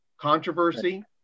controversy